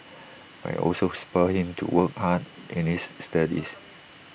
but IT also spurred him to work hard in his studies